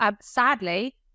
sadly